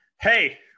Hey